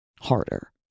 harder